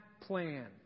plan